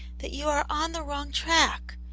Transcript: that you are on the wrong track.